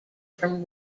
from